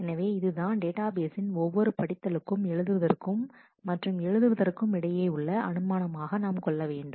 எனவே இதுதான் டேட்டாபேசின் ஒவ்வொரு படித்தலுக்கும் எழுதுவதற்கும் மற்றும் எழுதுவதற்கும் இடையே உள்ள அனுமானமாக நாம் கொள்ள வேண்டும்